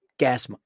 gas